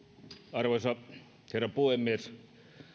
arvoisa herra puhemies